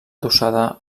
adossada